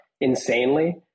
insanely